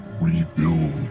rebuild